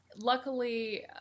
Luckily